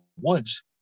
woods